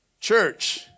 Church